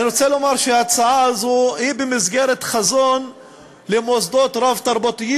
אני רוצה לומר שההצעה הזו היא במסגרת חזון למוסדות רב-תרבותיים,